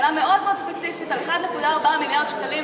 שאלה מאוד מאוד ספציפית על 1.4 מיליארד שקלים